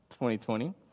2020